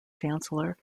chancellor